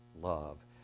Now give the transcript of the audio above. love